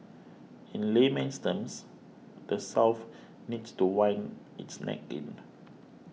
in layman's terms the South needs to wind its neck in